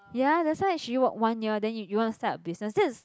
ya that's why she work one year then you you want to start a business that's